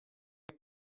denk